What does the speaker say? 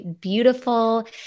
beautiful